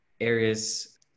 areas